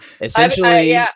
Essentially